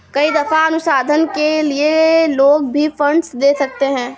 कई दफा अनुसंधान के लिए लोग भी फंडस दे सकते हैं